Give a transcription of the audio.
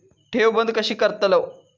ठेव बंद कशी करतलव?